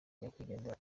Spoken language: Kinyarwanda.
nyakwigendera